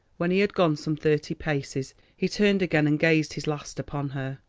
when he had gone some thirty paces he turned again and gazed his last upon her.